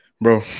Bro